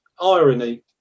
irony